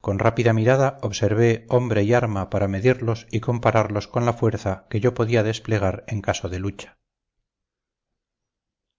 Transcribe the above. con rápida mirada observé hombre y arma para medirlos y compararlos con la fuerza que yo podía desplegar en caso de lucha